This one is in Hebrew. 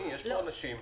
יש כאן אנשים.